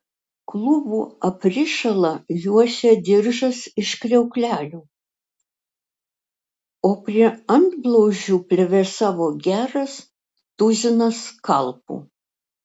klubų aprišalą juosė diržas iš kriauklelių o prie antblauzdžių plevėsavo geras tuzinas skalpų